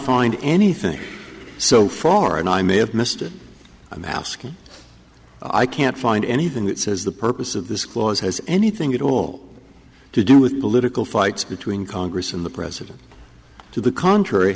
find anything so far and i may have missed it i'm asking i can't find anything that says the purpose of this clause has anything at all to do with political fights between congress and the president to the contrary